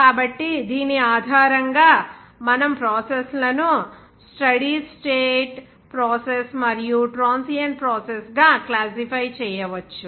కాబట్టి దీని ఆధారంగా మనం ప్రాసెస్ లను స్టెడీ స్టేట్ ప్రాసెస్ మరియు ట్రాన్సియెంట్ ప్రాసెస్ గా క్లాసిఫై చేయవచ్చు